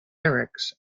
lyrics